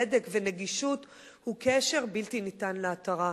צדק ונגישות הוא קשר בלתי ניתן להתרה.